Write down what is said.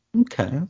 Okay